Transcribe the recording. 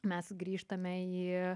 mes grįžtame į